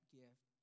gift